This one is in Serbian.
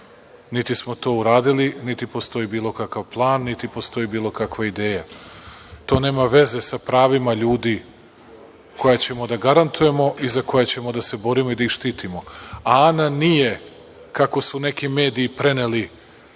Niti smo to uradili niti postoji bilo kakav plan, niti postoji bilo kakva ideja. To nema veze sa pravima ljudi koja ćemo da garantujemo i za koja ćemo da se borimo i da ih štitimo, a Ana nije, kako su neki mediji preneli